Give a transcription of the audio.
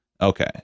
Okay